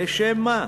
לשם מה?